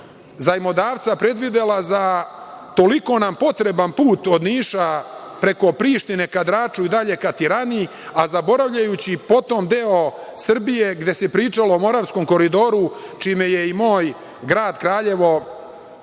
zajmodavca predvidela za toliko nam potreban put od Niša preko Prištine ka Draču i dalje ka Tirani, a zaboravljajući potom deo Srbije gde se pričalo o Moravskom koridoru, čime je i moj grad Kraljevo